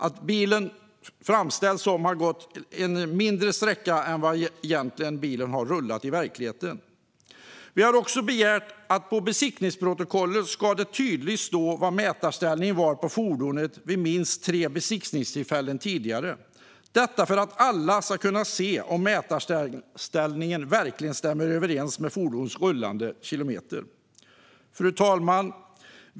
Det framställs då som att bilen har rullat en kortare sträcka än vad bilen i verkligheten har gjort. Vi har också begärt att det i besiktningsprotokollet tydligt ska stå vad mätarställningen i fordonet var vid minst tre besiktningstillfällen tidigare - detta för att alla ska kunna se om mätarställningen verkligen stämmer överens med fordonets rullade kilometer. Fru talman!